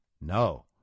No